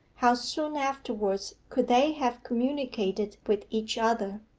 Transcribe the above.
how soon afterwards could they have communicated with each other?